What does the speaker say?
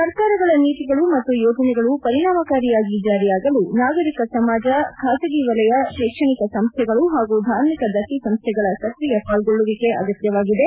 ಸರ್ಕಾರಗಳ ನೀತಿಗಳು ಮತ್ತು ಯೋಜನೆಗಳು ಪರಿಣಾಮಕಾರಿಯಾಗಿ ಜಾರಿಯಾಗಲು ನಾಗರಿಕ ಸಮಾಜ ಖಾಸಗಿ ವಲಯ ಶೈಕ್ಷಣಿಕ ಸಂಸ್ದೆಗಳು ಹಾಗೂ ಧಾರ್ಮಿಕ ದತ್ತಿ ಸಂಸ್ದೆಗಳ ಸಕ್ರಿಯ ಪಾಲ್ಗೊಳ್ಳುವಿಕೆ ಅಗತ್ಯವಾಗಿದೆ